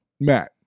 Matt